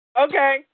Okay